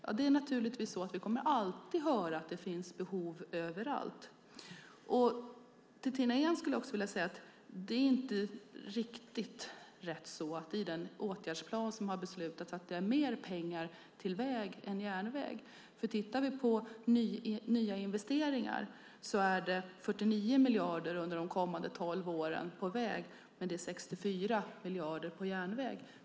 Vi kommer naturligtvis alltid att få höra att det finns behov överallt. Till Tina Ehn skulle jag även vilja säga att det inte riktigt är så att det i den åtgärdsplan som har beslutats finns mer pengar till väg än till järnväg. Tittar vi på nya investeringar är det 49 miljarder under de kommande tolv åren på väg och 64 miljarder på järnväg.